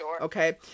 Okay